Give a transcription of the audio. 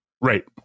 Right